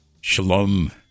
Shalom